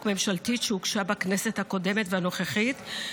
ממשלתית שהוגשה בכנסת הקודמת והנוכחית,